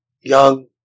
young